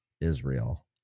Israel